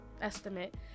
estimate